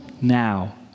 now